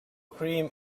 cream